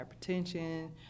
hypertension